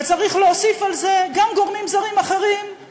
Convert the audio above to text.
וצריך להוסיף על זה גם גורמים זרים אחרים,